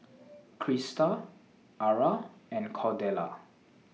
Crysta Ara and Cordella